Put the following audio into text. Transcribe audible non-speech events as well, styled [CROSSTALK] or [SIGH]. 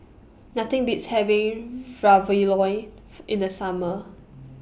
Nothing Beats having Ravioli [UNINTELLIGIBLE] in The Summer